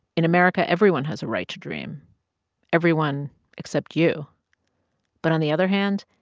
in america, everyone has a right to dream everyone except you but on the other hand,